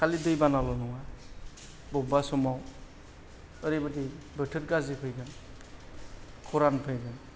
खालि दै बानाल' नङा बबेबा समाव ओरैबायदि बोथोर गाज्रि फैगोन खरान फैगोन